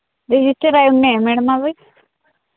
registered అయ్యి ఉన్నాయా madam అవి